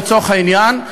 לצורך העניין,